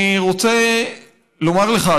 אני רוצה לומר לך,